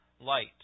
light